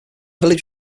village